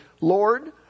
Lord